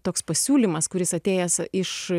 toks pasiūlymas kuris atėjęs iš